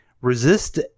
resist